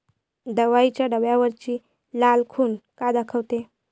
दवाईच्या डब्यावरची लाल खून का दाखवते?